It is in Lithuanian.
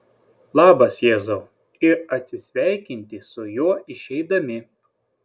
labas jėzau ir atsisveikinti su juo išeidami